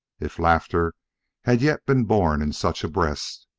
if laughter had yet been born in such a breast,